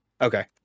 Okay